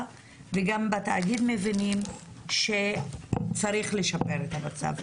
וגם בתאגיד מבינים שצריך לשפר את המצב.